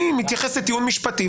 אני מתייחס לטיעון משפטי,